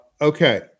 Okay